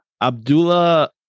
Abdullah